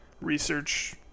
research